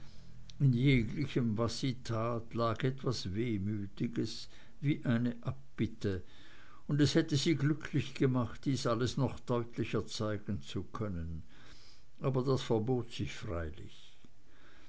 in jeglichem was sie tat lag etwas wehmütiges wie eine abbitte und es hätte sie glücklich gemacht dies alles noch deutlicher zeigen zu können aber das verbot sich freilich